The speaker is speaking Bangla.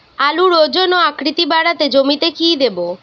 আলুর ওজন ও আকৃতি বাড়াতে জমিতে কি দেবো?